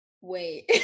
Wait